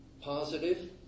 positive